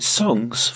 songs